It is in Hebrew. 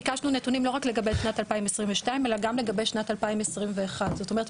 ביקשנו נתונים לא רק לגבי שנת 2022 אלא גם לגבי שנת 2021. זאת אומרת,